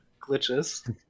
glitches